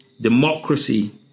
democracy